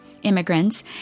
immigrants